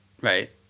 Right